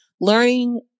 learning